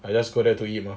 I just go there to eat mah